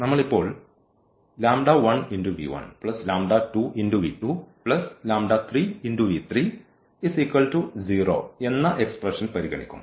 നമ്മൾ ഇപ്പോൾ എന്ന എക്സ്പ്രഷൻ പരിഗണിക്കും